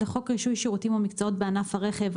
לחוק רישוי שירותים ומקצועות בענף הרכב,